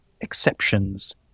exceptions